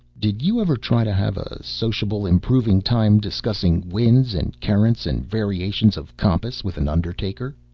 did you ever try to have a sociable improving-time discussing winds, and currents and variations of compass with an undertaker?